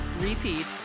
repeat